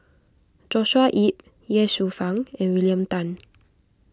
Joshua Ip Ye Shufang and William Tan